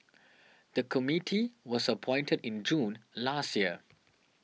the committee was appointed in June last year